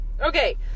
Okay